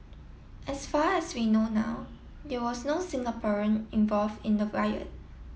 as far as we know now there was no Singaporean involved in the riot